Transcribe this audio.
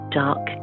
dark